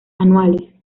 anuales